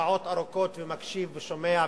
שעות ארוכות ומקשיב ושומע,